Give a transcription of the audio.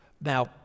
Now